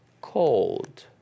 cold